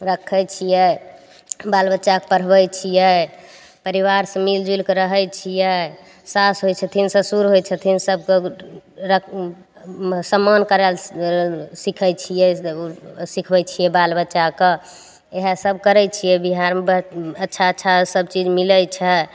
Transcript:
रखय छियै बाल बच्चाके पढ़बय छियै परिवारसँ मिल जुलिके रहय छियै सास होइ छथिन ससुर होइ छथिन सबके रख सम्मान करय लए सिखय छियै सिखबय छियै बाल बच्चा के इएह सब करय छियै बिहारमे अच्छा अच्छा सबचीज मिलय छै